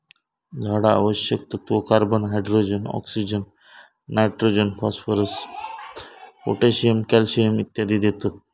झाडा आवश्यक तत्त्व, carbon, hydrogen, oxygen, nitrogen, phosphorus, potassium, calcium इत्यादी देतत